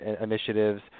initiatives